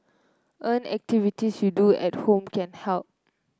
activities you do at home can help